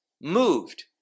moved